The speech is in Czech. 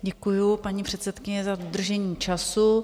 Děkuji, paní předsedkyně, za dodržení času.